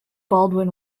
baldwin